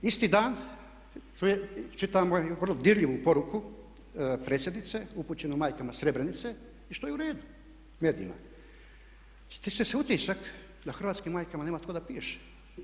Isti dan čitamo vrlo dirljivu poruku predsjednice upućenu majkama Srebrenice i što je u redu, … Stiče se utisak da hrvatskim majkama nema tko da piše.